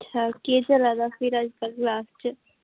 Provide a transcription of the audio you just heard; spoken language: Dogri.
ठीक अच्छा केह् चला दा फिर अजकल्ल कलास च